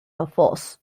affords